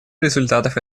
результатов